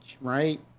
right